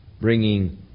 bringing